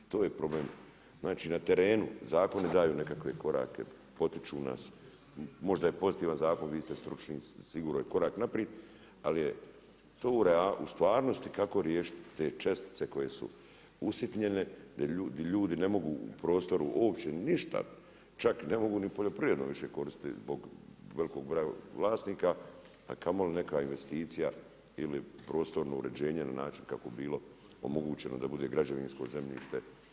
To je problem, znači na terenu, zakonu daju nekakve korake, potiču nas, možda je pozitivan zakon, vi ste stručni, sigurno je korak naprijed, ali je to u stvarnosti kako riješiti te čestice koje su usitnjene, di ljudi ne mogu u prostoru uopće ništa, čak ne mogu ni poljoprivredu više koristiti zbog velikog broja vlasnika, a kamoli neka investicija ili prostorno uređenje na način kako bi bilo omogućeno da bude građevinsko zemljište.